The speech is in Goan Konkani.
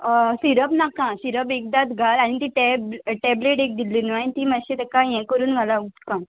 सिरप नाका सिरप एकदात घाल आनी ती टॅब टॅबलेट एक दिल्ली न्हू आनी ती मातशें ताका हें करून घाला उदकान